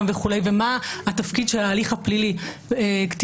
וכו' ומה התפקיד של ההליך הפלילי קטינים,